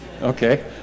Okay